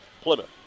Plymouth